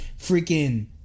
freaking